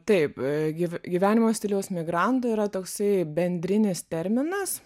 taip gy gyvenimo stiliaus migrantų yra toksai bendrinis terminas